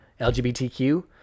LGBTQ